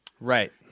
right